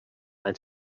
and